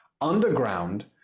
underground